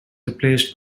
replaced